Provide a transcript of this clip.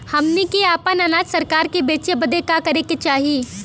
हमनी के आपन अनाज सरकार के बेचे बदे का करे के चाही?